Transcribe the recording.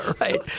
right